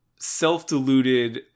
self-deluded